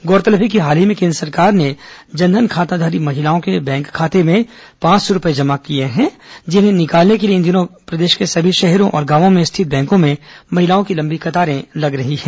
गौरतलब है कि हाल ही में केन्द्र सरकार ने जन धन खाताधारी महिलाओं के बैंक खाते में पांच सौ रूपये जमा किए हैं जिन्हें निकालने के लिए इन दिनों प्रदेश के सभी शहरों और गांवों में स्थित बैंकों में महिलाओं की लंबी कतारें लग रही हैं